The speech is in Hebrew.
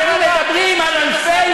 מדבר על מי שלומד תורה ותורתו אומנותו,